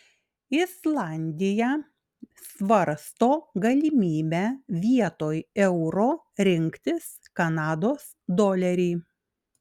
islandija svarsto galimybę vietoj euro rinktis kanados dolerį